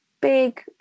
big